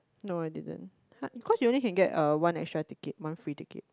no I didn't because you only can get uh one extra ticket one free ticket